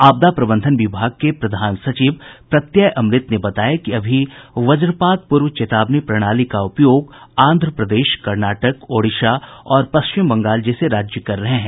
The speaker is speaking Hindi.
आपदा प्रबंधन विभाग के प्रधान सचिव प्रत्यय अमृत ने बताया कि अभी वज्रपात पूर्व चेतावनी प्रणाली का उपयोग आंध्र प्रदेश कर्नाटक ओडिशा और पश्चिम बंगाल जैसे राज्य कर रहे हैं